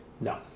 No